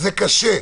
זה קשה.